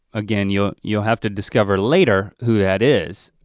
again, you'll you'll have to discover later who that is,